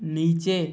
नीचे